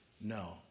No